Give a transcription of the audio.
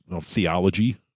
theology